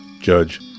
judge